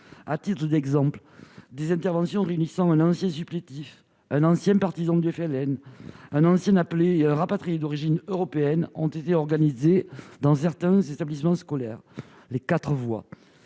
À titre d'exemple, des interventions réunissant « quatre voix »- un ancien supplétif, un ancien partisan du FLN, un ancien appelé et un rapatrié d'origine européenne -ont été organisées dans certains établissements. Ces expériences